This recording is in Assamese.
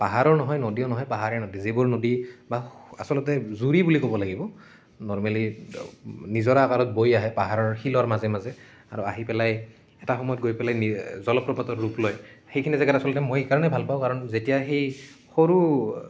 পাহাৰো নহয় নদীও নহয় পাহাৰীয়া নদী যিবোৰ নদী বা আচলতে জুৰি বুলি ক'ব লাগিব নৰ্মেলী নিজৰা আকাৰত বৈ আহে পাহাৰৰ শিলৰ মাজে মাজে আৰু আহি পেলাই এটা সময়ত গৈ পেলাই জলপ্ৰপাতৰ ৰূপ লয় সেইখিনি জেগাত আচলতে মই সেইকাৰণেই ভাল পাওঁ কাৰণ যেতিয়া সেই সৰু